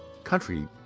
Country